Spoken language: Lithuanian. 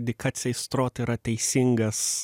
dy kace ist rot yra teisingas